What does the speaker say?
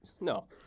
No